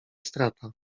strata